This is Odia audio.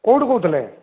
କେଉଁଠୁ କହୁଥିଲେ